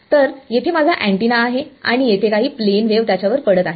तर येथे माझे अँटीना आहे आणि येथे काही प्लेन वेव त्याच्यावर पडत आहे